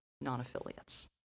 non-affiliates